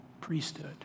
priesthood